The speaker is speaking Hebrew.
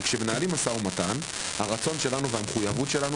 כי כשמנהלים משא ומתן הרצון שלנו והמחוייבות שלנו